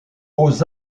aux